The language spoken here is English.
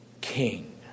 king